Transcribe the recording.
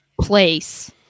place